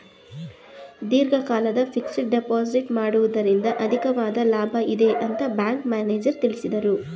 ದೀರ್ಘಕಾಲದ fixed deposit ಮಾಡುವುದರಿಂದ ಅಧಿಕವಾದ ಲಾಭ ಇದೆ ಅಂತ ಬ್ಯಾಂಕ್ ಮ್ಯಾನೇಜರ್ ತಿಳಿಸಿದರು